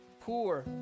poor